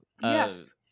Yes